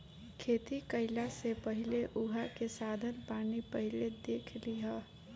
खेती कईला से पहिले उहाँ के साधन पानी पहिले देख लिहअ